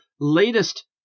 latest